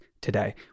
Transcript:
today